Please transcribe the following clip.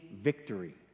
victory